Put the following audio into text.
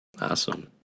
Awesome